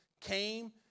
came